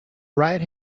right